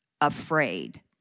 afraid